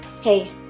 Hey